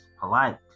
polite